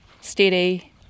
steady